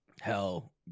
Hell